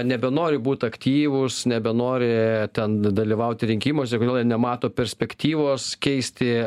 nebenori būt aktyvūs nebenori ten dalyvauti rinkimuose kodėl jie nemato perspektyvos keisti